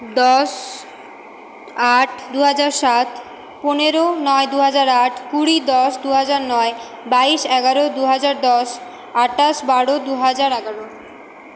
দশ আট দুহাজার সাত পনেরো নয় দুহাজার আট কুড়ি দশ দুহাজার নয় বাইশ এগারো দুহাজার দশ আটাশ বারো দুহাজার এগারো